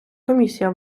комісія